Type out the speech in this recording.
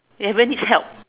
never needs help